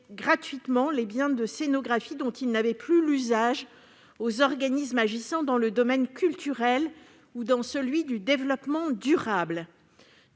gratuitement les biens de scénographie dont ils n'avaient plus l'usage aux organismes agissant dans le domaine culturel ou dans celui du développement durable.